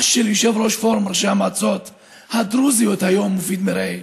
אח של יושב-ראש פורום ראשי המועצות הדרוזיות היום מופיד מרעי,